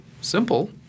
Simple